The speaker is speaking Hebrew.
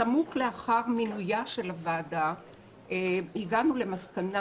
סמוך לאחר מינויה של הוועדה הגענו למסקנה